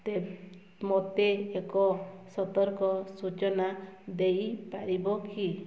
ତେବେ ମୋତେ ଏକ ସତର୍କ ସୂଚନା ଦେଇପାରିବ କି